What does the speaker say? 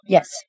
Yes